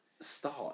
start